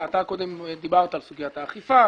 אתה קודם דיברת על סוגיית האכיפה,